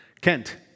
Kent